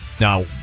Now